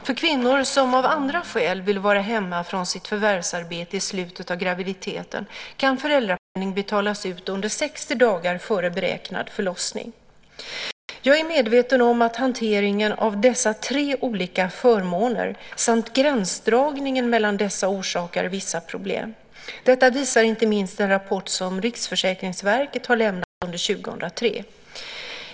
För kvinnor som av andra skäl vill vara hemma från sitt förvärvsarbete i slutet av graviditeten kan föräldrapenning betalas ut under 60 dagar före beräknad förlossning. Jag är medveten om att hanteringen av dessa tre olika förmåner samt gränsdragningen mellan dessa orsakar vissa problem. Detta visar inte minst den rapport som Riksförsäkringsverket har lämnat under år 2003.